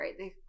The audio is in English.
right